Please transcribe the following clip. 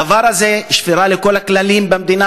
הדבר הזה הוא שבירה של כל הכללים במדינה